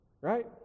Right